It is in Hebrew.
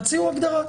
תציעו הגדרה.